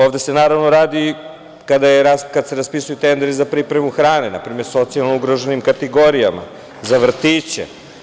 Ovde se radi, kada se raspisuju tenderi za pripremu hrane npr. socijalno ugroženim kategorijama, za vrtiće.